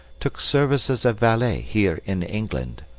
took service as a valet here in england.